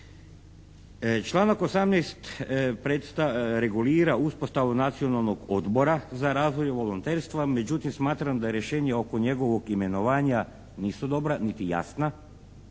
Članak 18. regulira uspostavu Nacionalnog odbora za razvoj volonterstva, međutim smatram da je rješenje oko njegovog imenovanja nisu dobra niti jasna